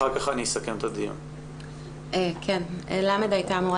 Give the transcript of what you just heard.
לאחר מכן אני אסכם את הדיון ל' הייתה אמורה